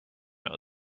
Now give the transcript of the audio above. know